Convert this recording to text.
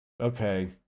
Okay